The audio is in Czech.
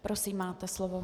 Prosím, máte slovo.